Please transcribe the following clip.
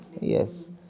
yes